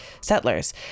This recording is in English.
settlers